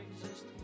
exist